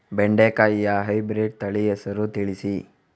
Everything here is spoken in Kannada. ಬೆಂಡೆಕಾಯಿಯ ಹೈಬ್ರಿಡ್ ತಳಿ ಹೆಸರು ತಿಳಿಸಿ?